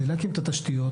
זה להקים את התשתיות,